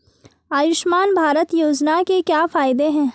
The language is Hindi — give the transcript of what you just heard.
आयुष्मान भारत योजना के क्या फायदे हैं?